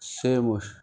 سی مش